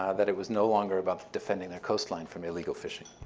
ah that it was no longer about defending their coastline from illegal fishing.